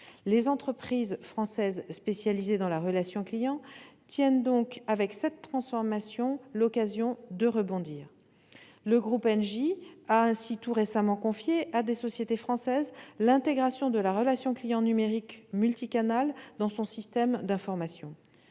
Les entreprises françaises spécialisées dans la relation clients tiennent donc, avec cette transformation, l'occasion de rebondir. Le groupe Engie a ainsi tout récemment confié à des sociétés françaises l'intégration de la relation clients numérique multicanale dans son système d'information.